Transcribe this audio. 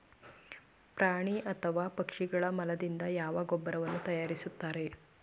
ಪ್ರಾಣಿ ಅಥವಾ ಪಕ್ಷಿಗಳ ಮಲದಿಂದ ಯಾವ ಗೊಬ್ಬರವನ್ನು ತಯಾರಿಸುತ್ತಾರೆ?